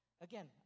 Again